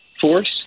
force